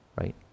right